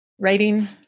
writing